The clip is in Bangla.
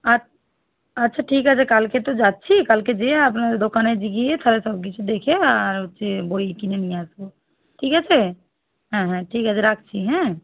আচ আচ্ছা ঠিক আছে কালকে তো যাচ্ছি কালকে যেয়ে আপনাদের দোকানে গিয়ে থালে সব কিছু দেখে আর হচ্ছে বই কিনে নিয়ে আসব ঠিক আছে হ্যাঁ হ্যাঁ ঠিক আছে রাখছি হ্যাঁ